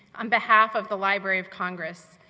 on behalf of the library of congress,